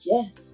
Yes